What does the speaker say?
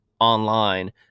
online